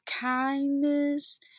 kindness